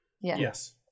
Yes